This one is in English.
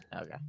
Okay